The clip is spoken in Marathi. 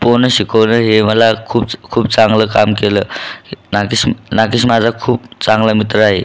पोहणं शिकवणं हे मला खूपच खूप चांगलं काम केलं नागेश नागेश माझा खूप चांगला मित्र आहे